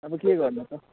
अब के गर्नु त